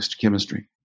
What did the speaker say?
chemistry